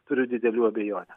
turiu didelių abejonių